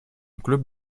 club